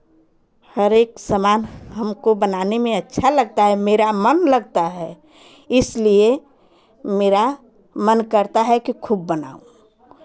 हरेक सामान हमको बनाने में अच्छा लगता है मेरा मन लगता है इसलिए मेरा मन करता है की खूब बनाऊँ